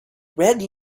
red